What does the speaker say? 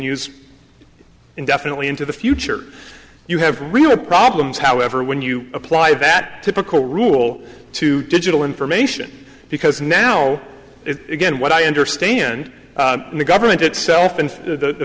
use indefinitely into the future you have real problems however when you apply that typical rule to digital information because now again what i understand the government itself and the